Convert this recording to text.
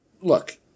look